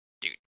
Dude